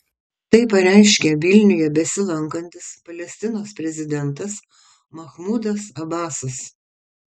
tai pareiškė vilniuje besilankantis palestinos prezidentas mahmudas abasas